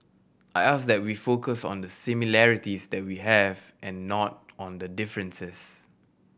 I ask that we focus on the similarities that we have and not on the differences